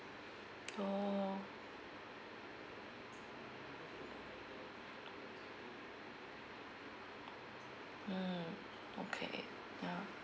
orh mm okay ya